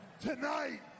Tonight